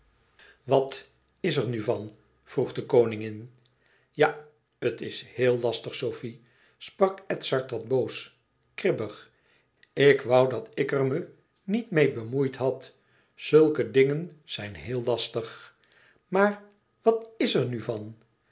wat is er nu van vroeg de koningin ja het is heel lastig sofie sprak edzard wat boos kribbig ik woû dat ik er me niet meê bemoeid had zulke dingen zijn heel lastig maar wat is er nu van